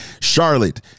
charlotte